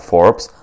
Forbes